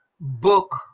book